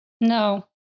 No